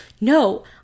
no